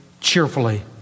cheerfully